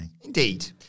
Indeed